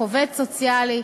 עובד סוציאלי,